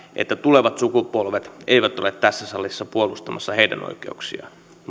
että tulevat sukupolvet eivät ole tässä salissa puolustamassa oikeuksiaan